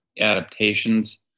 adaptations